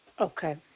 Okay